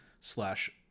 slash